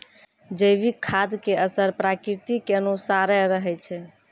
जैविक खाद के असर प्रकृति के अनुसारे रहै छै